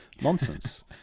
nonsense